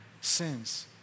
sins